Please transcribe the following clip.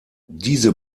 diese